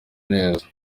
neza